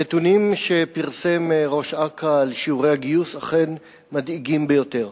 הנתונים שפרסם ראש אכ"א על שיעורי הגיוס אכן מדאיגים ביותר.